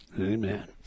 Amen